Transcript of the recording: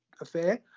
affair